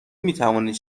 میتوانید